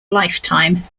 lifetime